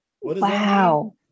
Wow